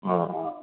অঁ অঁ